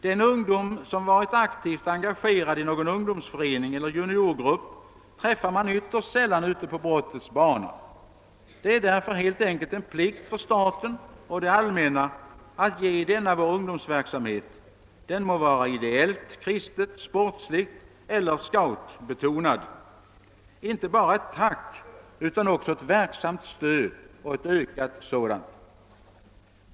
Den ungdom som varit aktivt engagerad i någon ungdomsförening eller juniorgrupp träffar man ytterst sällan ute på brottets bana. Det är därför helt enkelt en plikt för staten och det allmänna att ge denna ungdomsverksamhet — den må vara ideellt, kristet, sportsligt eller scoutbetonad — inte bara ett tack utan också ett verksamt stöd — och ett ökat sådant.